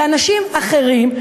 ואנשים אחרים,